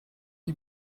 die